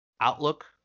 outlook